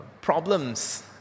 problems